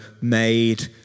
made